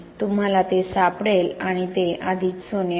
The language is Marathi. तुम्हाला ते सापडेल आणि ते आधीच सोने आहे